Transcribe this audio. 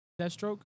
Deathstroke